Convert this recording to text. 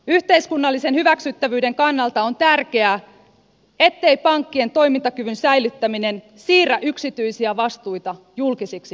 yhteiskunnallisen hyväksyttävyyden kannalta on tärkeää ettei pankkien toimintakyvyn säilyttäminen siirrä yksityisiä vastuita julkisiksi vastuiksi